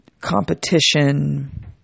competition